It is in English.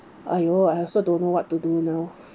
!aiyo! I also don't know what to do now